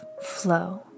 flow